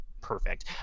perfect